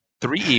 three